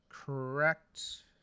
Correct